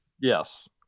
Yes